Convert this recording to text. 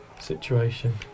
situation